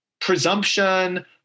presumption